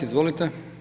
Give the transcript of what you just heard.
Izvolite.